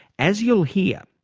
as you'll hear,